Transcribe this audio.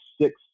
six